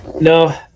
No